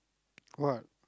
what